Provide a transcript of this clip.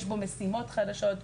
יש בו משימות חדשות,